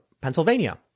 Pennsylvania